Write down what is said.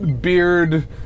Beard